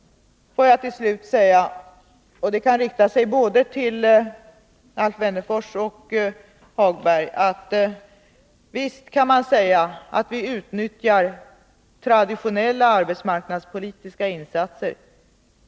Får jag till både Alf Wennerfors och Lars-Ove Hagberg säga, att visst kan man påstå att vi utnyttjar traditionella arbetsmarknadspolitiska insatser.